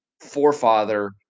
forefather